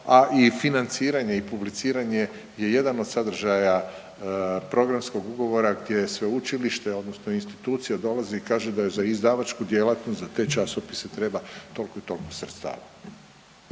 a i financiranje i publiciranje je jedan od sadržaja programskog ugovora gdje sveučilište odnosno institucije dolazi i kaže da je za izdavačku djelatnost za te časopise treba toliko i toliko sredstava.